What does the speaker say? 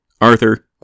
Arthur